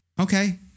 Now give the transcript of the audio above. okay